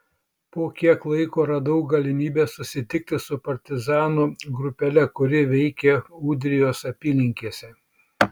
po kiek laiko radau galimybę susitikti su partizanų grupele kuri veikė ūdrijos apylinkėse